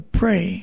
pray